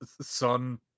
son